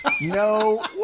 No